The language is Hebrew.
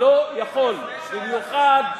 לא יכול, במיוחד,